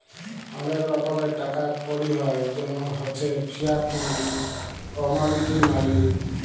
ওলেক রকমের টাকা কড়ি হ্য় জেমল হচ্যে ফিয়াট মালি, কমডিটি মালি